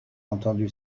entendu